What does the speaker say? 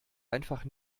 einfach